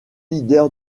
leader